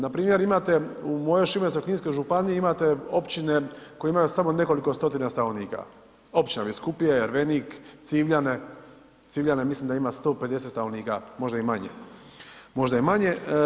Npr. imate u mojoj Šibensko-kninskoj županiji imate općine koje imaju samo nekoliko stotina stanovnika, općina Biskupije, Ervenik, Civljane, Civljane mislim da ima 150 stanovnika, možda i manje, možda i manje.